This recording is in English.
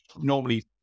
normally